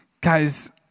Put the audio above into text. guys